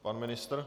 Pan ministr.